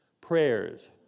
prayers